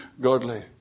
godly